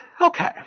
Okay